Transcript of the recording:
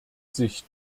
sich